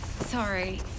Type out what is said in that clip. Sorry